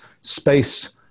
space